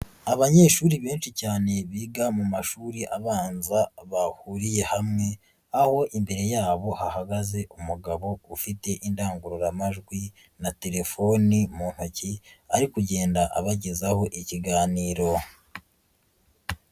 Abanyeshuri benshi cyane biga mu mashuri abanza bahuriye hamwe, aho imbere yabo hahagaze umugabo ufite indangururamajwi na telefoni mu ntoki ari kugenda abagezaho ikiganiro.